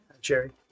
Jerry